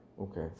okay